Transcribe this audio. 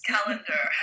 Calendar